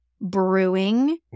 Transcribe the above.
brewing